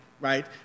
right